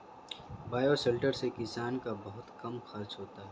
bioshelter से किसान का बहुत कम खर्चा होता है